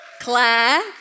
Claire